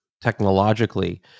technologically